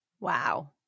Wow